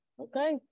Okay